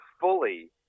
fully